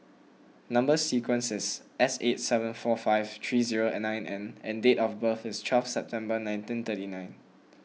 Number Sequence is S eight seven four five three zero nine N and date of birth is twelve September nineteen thirty nine